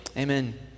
Amen